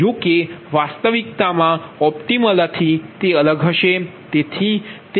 જોકે વાસ્તવિકતા માં ઓપ્ટીમલ અલગ હશે